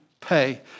pay